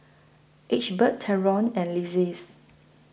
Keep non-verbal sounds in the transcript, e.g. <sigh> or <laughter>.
Egbert Trevon and <unintelligible>